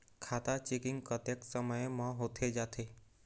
खाता चेकिंग कतेक समय म होथे जाथे?